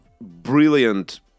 brilliant